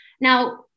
Now